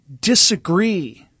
disagree